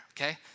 okay